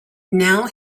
now